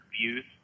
views